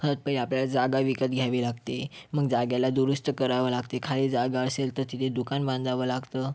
आपल्याला जागा विकत घ्यावी लागते मग जागेला दुरुस्त करावं लागते खाली जागा असेल तर तिथे दुकान बांधावं लागतं